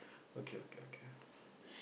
okay okay okay